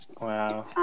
Wow